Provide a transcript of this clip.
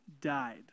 Died